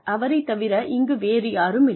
அவரைத் தவிர இங்கு வேறு யாருமில்லை